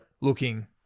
looking